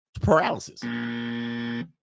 Paralysis